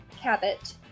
Cabot